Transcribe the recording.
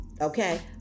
okay